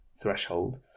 threshold